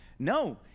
No